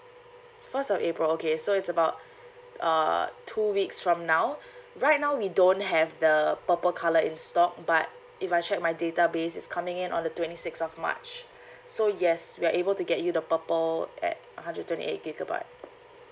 first of april okay so it's about uh two weeks from now right now we don't have the purple colour in stock but if I check my data base it's coming in on the twenty six of march so yes we're able to get you the purple at hundred twenty eight gigabyte